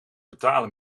betalen